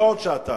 לא עוד שעתיים.